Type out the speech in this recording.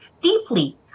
deeply